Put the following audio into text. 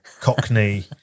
Cockney